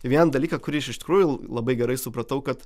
ir vieną dalyką kurį aš iš tikrųjų labai gerai supratau kad